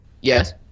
Yes